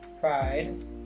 Pride